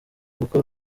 kuko